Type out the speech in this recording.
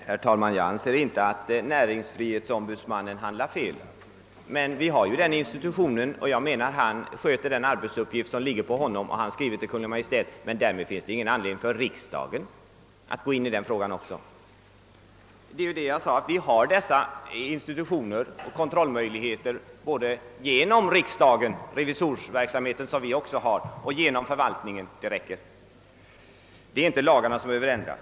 Herr talman! Jag anser inte att näringsfrihetsombudsmannen handlar fel. Vi har ju den institutionen, och näringsfrihetsombudmannen sköter den arbetsuppgift som åvilar honom, om han skriver till Kungl. Maj:t. Men därmed finns det ingen anledning för riksdagen ati också gå in i den frågan. Som jag sade har vi kontrollmöjligheter både genom riksdagen och dess revisionsverksamhet och genom förvaltningen. Det räcker! Det är inte lagarna som behöver ändras.